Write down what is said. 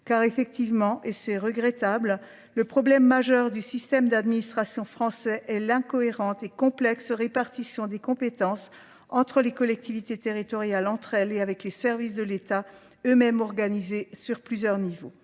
Car effectivement, et c'est regrettable, le problème majeur du système d'administration français est l'incohérente et complexe répartition des compétences entre les collectivités territoriales entre elles et avec les services de l'État eux-mêmes organisés sur plusieurs niveaux.